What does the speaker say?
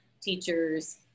teachers